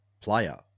player